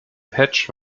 patch